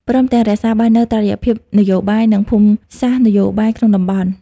ព្រមទាំងរក្សាបាននូវតុល្យភាពនយោបាយ និងភូមិសាស្ត្រនយោបាយក្នុងតំបន់។